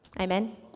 Amen